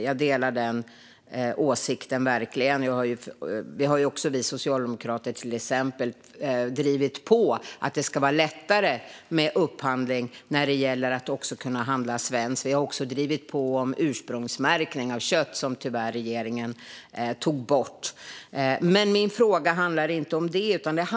Jag delar verkligen den åsikten. Vi socialdemokrater har till exempel drivit på för att det i samband med upphandling ska vara lättare att välja att handla svenskt. Vi har också drivit på för ursprungsmärkning av kött, vilket regeringen tyvärr tog bort. Min fråga handlar dock inte om det.